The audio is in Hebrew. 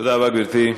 תודה רבה, גברתי.